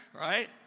right